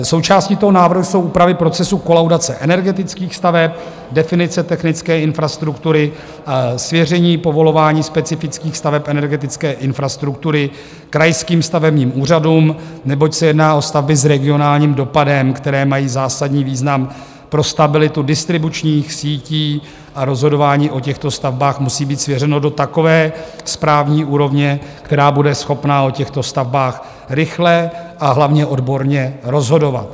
Součástí návrhu jsou úpravy procesu kolaudace energetických staveb, definice technické infrastruktury, svěření povolování specifických staveb energetické infrastruktury krajským stavebním úřadům, neboť se jedná o stavby s regionálním dopadem, které mají zásadní význam pro stabilitu distribučních sítí, a rozhodování o těchto stavbách musí být svěřeno do takové správní úrovně, která bude schopna o těchto stavbách rychle, a hlavně odborně rozhodovat.